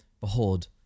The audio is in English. Behold